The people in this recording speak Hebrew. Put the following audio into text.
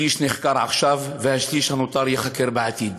שליש נחקרים עכשיו והשליש הנותר ייחקרו בעתיד.